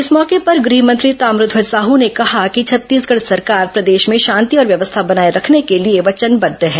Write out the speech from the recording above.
इस मौके पर गृह मंत्री ताम्रध्वज साहू ने कहा कि छत्तीसगढ़ सरकार प्रदेश में शांति और व्यवस्था बनाए रखने के लिए वचनबद्ध है